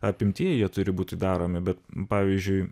apimtyje jie turi būti daromi bet pavyzdžiui